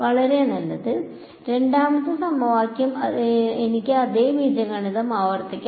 വളരെ നല്ലത് രണ്ടാമത്തെ സമവാക്യത്തിനും എനിക്ക് അതേ ബീജഗണിതം ആവർത്തിക്കാം